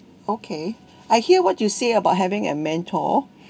okay I hear what you say about having a mentor